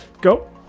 go